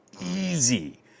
easy